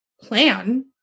plan